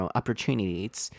opportunities